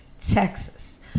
Texas